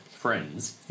friends